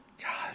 God